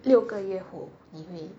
六个月后你会